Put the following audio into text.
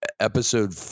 Episode